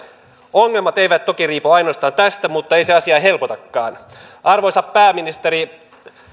ongelmat eivät toki riipu ainoastaan tästä mutta ei se asiaa helpotakaan arvoisa pääministeri